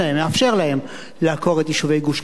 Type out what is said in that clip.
מאפשר להם לעקור את יישובי גוש-קטיף.